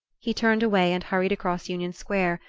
he turned away and hurried across union square,